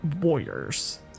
warriors